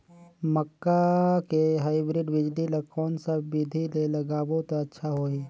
मक्का के हाईब्रिड बिजली ल कोन सा बिधी ले लगाबो त अच्छा होहि?